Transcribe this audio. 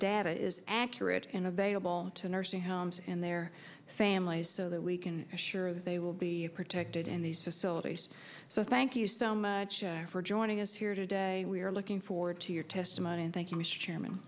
data is accurate and available to nursing homes and their families so that we can assure that they will be protected in these facilities so thank you so much for joining us here today we are looking forward to your testimony and th